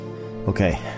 Okay